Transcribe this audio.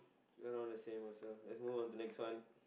around the same also let's move on to next one